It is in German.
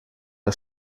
der